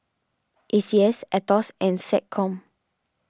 A C S Aetos and SecCom